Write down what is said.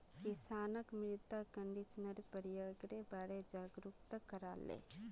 किसानक मृदा कंडीशनरेर प्रयोगेर बारे जागरूक कराले